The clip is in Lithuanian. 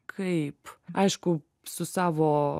kaip aišku su savo